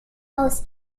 aus